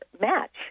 match